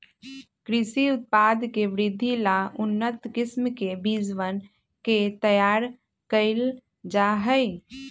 कृषि उत्पाद के वृद्धि ला उन्नत किस्म के बीजवन के तैयार कइल जाहई